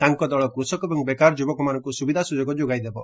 ତାଙ୍କ ଦଳ କୃଷକ ଏବଂ ବେକାର ଯୁବକମାନଙ୍କୁ ସୁବିଧାସୁଯୋଗ ଯୋଗାଇ ଦେବ